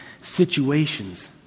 situations